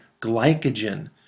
glycogen